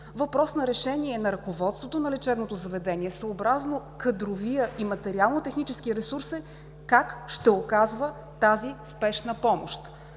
Въпрос на решение на ръководството на съответното лечебно заведение съобразно кадровия и материално-техническия ресурс е как ще оказва тази спешна помощ.